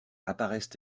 apparaissent